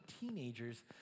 teenagers